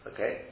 Okay